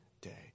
day